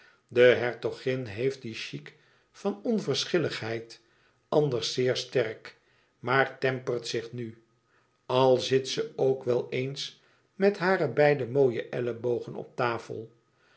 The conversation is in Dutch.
de hertogin heeft dien chic van onverschilligheid anders zeer sterk maar tempert zich nu al zit ze ook wel eens met hare beide mooie ellebogen op tafel